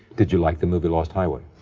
did you like the movie lost highway?